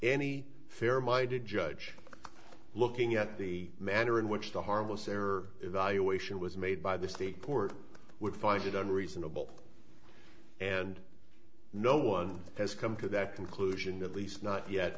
any fair minded judge looking at the manner in which the harmless error evaluation was made by the state court would find it on reasonable and no one has come to that conclusion at least not yet